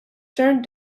turned